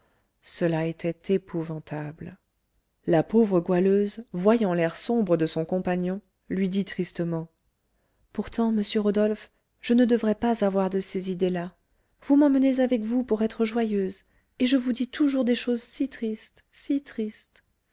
cela était épouvantable la pauvre goualeuse voyant l'air sombre de son compagnon lui dit tristement pourtant monsieur rodolphe je ne devrais pas avoir de ces idées-là vous m'emmenez avec vous pour être joyeuse et je vous dis toujours des choses si tristes si tristes